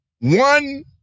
one